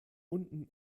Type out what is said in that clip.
unten